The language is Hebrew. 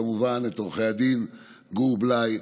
כמובן עו"ד גור בליי,